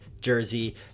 jersey